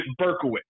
Berkowitz